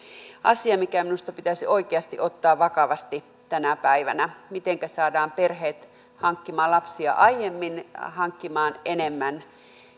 asia mikä minusta pitäisi oikeasti ottaa vakavasti tänä päivänä mitenkä saadaan perheet hankkimaan lapsia aiemmin ja hankkimaan enemmän